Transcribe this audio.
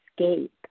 escape